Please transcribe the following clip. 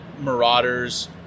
Marauders